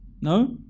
No